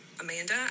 Amanda